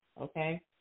okay